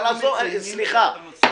סליחה,